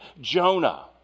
Jonah